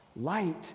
light